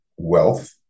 wealth